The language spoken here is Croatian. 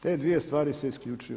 Te dvije stvari se isključuju.